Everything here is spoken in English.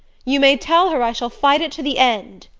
you may tell her i shall fight it to the end!